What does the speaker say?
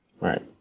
Right